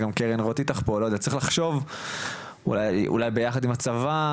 צריך לחשוב אולי ביחד עם הצבא,